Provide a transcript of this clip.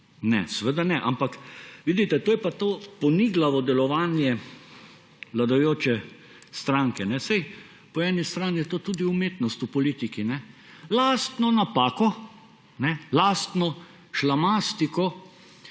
Ne, seveda ne! Ampak vidite, to je pa to poniglavo delovanje vladajoče stranke. Saj po eni strani je to tudi umetnost v politiki. Lastno napako, lastno šlamastiko